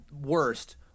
worst